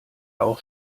auch